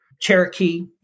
Cherokee